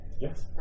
Yes